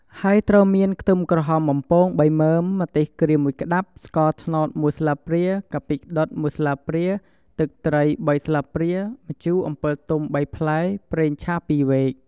ហើយត្រូវមាន ខ្ទឹមក្រហមបំពង ៣មើម ម្ទេសក្រៀម ១ក្តាប់ ស្ករត្នោត ១ស្លាបព្រា កាពិដុត ១ស្លាបព្រា ទឹកត្រី ៣ស្លាបព្រា ម្ជូរអំពិលទុំ ៣ផ្លែ ប្រេងឆា ២វែក។